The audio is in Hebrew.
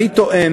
אני טוען